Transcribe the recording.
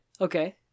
Okay